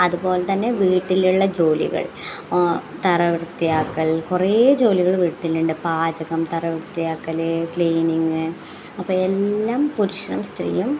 അതുപോലെ തന്നെ വീട്ടിലുള്ള ജോലികൾ തറ വൃത്തിയാക്കൽ കുറെ ജോലികൾ വീട്ടിലുണ്ട് പാചകം തറ വൃത്തിയാക്കൽ ക്ലീനിങ്ങ് അപ്പോൾ എല്ലാം പുരുഷനും സ്ത്രീയും